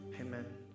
amen